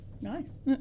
Nice